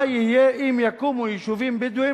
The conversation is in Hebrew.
מה יהיה אם יקומו יישובים בדואיים,